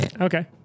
Okay